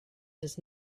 does